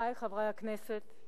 חברי חברי הכנסת,